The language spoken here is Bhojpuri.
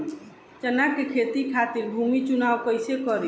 चना के खेती खातिर भूमी चुनाव कईसे करी?